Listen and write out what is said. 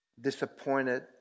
disappointed